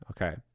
okay